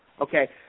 Okay